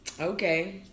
okay